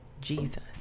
Jesus